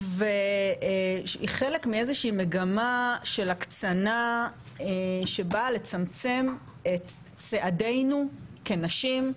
חלק מאיזושהי מגמה של הקצנה שבאה לצמצם את צעדינו כנשים,